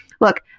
look